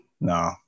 no